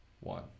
One